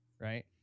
right